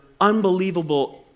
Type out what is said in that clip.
unbelievable